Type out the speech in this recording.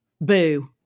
Boo